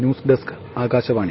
news desk Akashvani